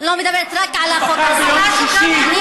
משפחה ביום שישי, בתפיסה.